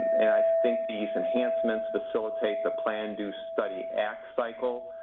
and i think these enhancements facilitate the plan, do, study, act, cycle,